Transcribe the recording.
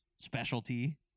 specialty